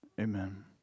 Amen